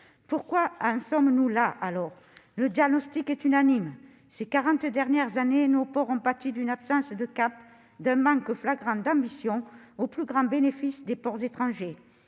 Pourquoi en sommes-nous arrivés là ? Le diagnostic est unanime. Ces quarante dernières années, nos ports ont pâti d'une absence de cap, d'un manque flagrant d'ambition, au plus grand bénéfice des ports étrangers.